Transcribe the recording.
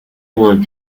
want